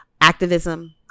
activism